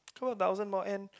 to a thousand more end